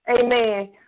amen